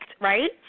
right